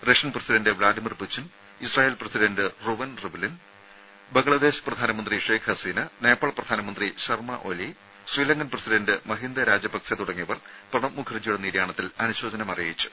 Russian president Vladimir Putin Israel president Reuven Rivlin Bangladesh പ്രധാനമന്ത്രി ഷെയ്ഖ് ഹസീന നേപ്പാൾ പ്രധാനമന്ത്രി Sharma Oli Sri Lankan president Mahinda Rajapaksa തുടങ്ങിയവർ പ്രണബ് മുഖർജിയുടെ നിര്യാണത്തിൽ അനുശോചനം അറിയിച്ചു